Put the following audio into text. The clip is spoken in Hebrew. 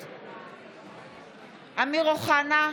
נגד אמיר אוחנה,